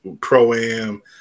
pro-am